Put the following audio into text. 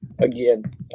again